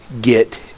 get